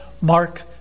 Mark